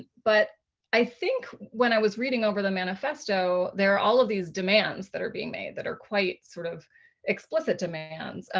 but i think when i was reading over the manifesto, there are all of these demands that are being made that are quite sort of explicit demands.